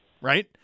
right